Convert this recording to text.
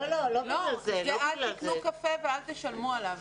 זה "אל תקנו קפה ואל תשלמו עליו".